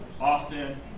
Austin